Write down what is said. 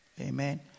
Amen